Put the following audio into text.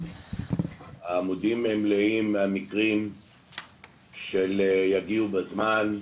העמודים מלאים מקרים של "יגיעו בזמן",